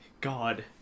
God